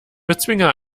bezwinger